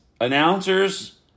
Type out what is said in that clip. announcers